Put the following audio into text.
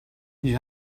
you